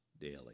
daily